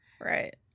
right